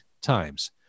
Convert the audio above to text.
times